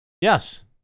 Yes